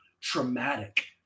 traumatic